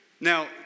Now